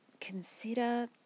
consider